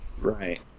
Right